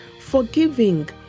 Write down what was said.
forgiving